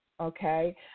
Okay